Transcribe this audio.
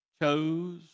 chose